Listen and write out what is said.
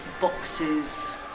boxes